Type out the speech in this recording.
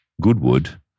Goodwood